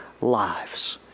lives